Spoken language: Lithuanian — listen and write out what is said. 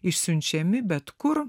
išsiunčiami bet kur